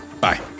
Bye